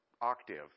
octave